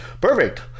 Perfect